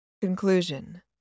Conclusion